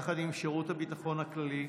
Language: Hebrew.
יחד עם שירות הביטחון הכללי,